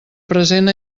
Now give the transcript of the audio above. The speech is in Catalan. present